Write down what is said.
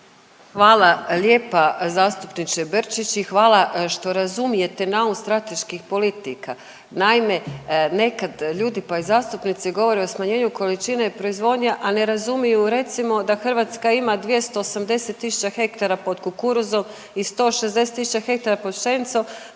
Hvala lijepa zastupniče Brčić i hvala što razumijete naum strateških politika. Naime, nekad ljudi pa i zastupnici govore o smanjenju količine proizvodnje, a ne razumiju recimo da Hrvatska ima 280 tisuća hektara pod kukuruzom i 160 tisuća hektara pod pšenicom